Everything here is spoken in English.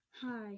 Hi